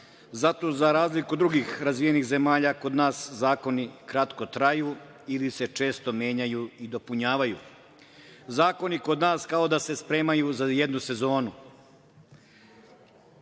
zato za razliku od drugih razvijenih zemalja, kod nas zakoni kratko traju ili se često menjaju i dopunjavaju. Zakoni kod nas kao da se spremaju za jednu